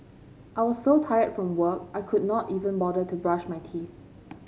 I was so tired from work I could not even bother to brush my teeth